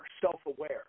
self-aware